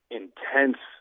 intense